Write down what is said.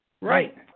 Right